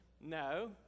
No